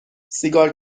سیگار